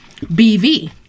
BV